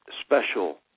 special